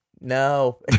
no